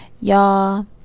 Y'all